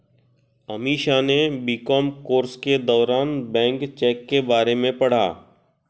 अमीषा ने B Com course के दौरान बैंक चेक के बारे में पढ़ा